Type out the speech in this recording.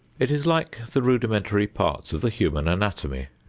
it is like the rudimentary parts of the human anatomy.